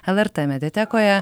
lrt mediatekoje